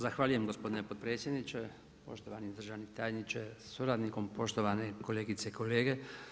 Zahvaljujem gospodine potpredsjedniče, poštovani državni tajniče sa suradnikom, poštovane kolegice i kolege.